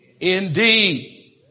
Indeed